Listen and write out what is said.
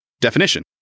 Definition